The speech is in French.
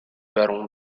baron